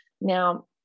Now